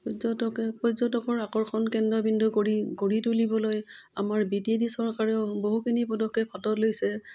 পৰ্যটকে পৰ্যটকৰ আকৰ্ষণ কেন্দ্ৰবিন্দু কৰি গঢ়ি তুলিবলৈ আমাৰ বি টি ডি চৰকাৰেও বহুখিনি পদক্ষেপ হাতত লৈছে